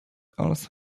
also